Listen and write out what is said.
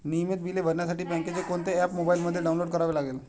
नियमित बिले भरण्यासाठी बँकेचे कोणते ऍप मोबाइलमध्ये डाऊनलोड करावे लागेल?